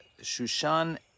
Shushan